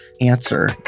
answer